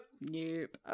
Nope